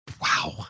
Wow